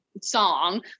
song